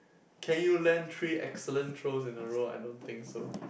can you land three excellent throws in a row I don't think so